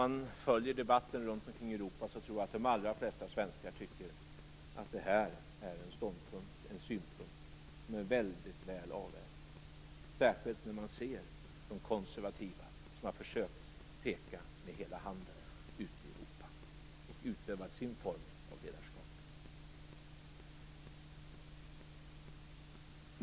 Med tanke på debatten ute i Europa tror jag att de allra flesta svenskar tycker att der här är en synpunkt och en ståndpunkt som är väldigt väl avvägd, särskilt när man ser de konservativa som har försökt peka med hela handen ute i Europa och utöva sin form av ledarskap.